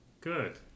Good